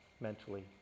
mentally